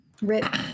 Rip